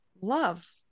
love